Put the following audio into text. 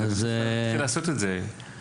אז נתחיל לעשות את זה.